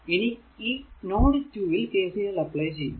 ഇനി നോഡ് 2 ൽ KCL apply ചെയ്യുന്നു